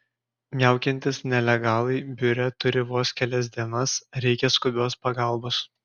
miaukiantys nelegalai biure turi vos kelias dienas reikia skubios pagalbos